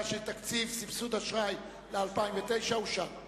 סעיף 44, סבסוד אשראי, לשנת 2009, נתקבל.